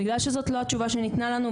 בגלל שזאת לא התשובה שניתנה לנו,